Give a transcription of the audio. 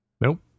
nope